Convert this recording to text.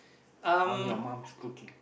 or your mum's cooking